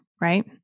right